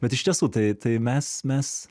bet iš tiesų tai tai mes mes